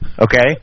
okay